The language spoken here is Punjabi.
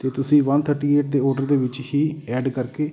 ਅਤੇ ਤੁਸੀਂ ਵਨ ਥਰਟੀ ਏਟ ਦੇ ਔਡਰ ਦੇ ਵਿੱਚ ਹੀ ਐਡ ਕਰਕੇ